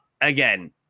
again